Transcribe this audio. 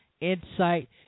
Insight